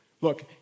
Look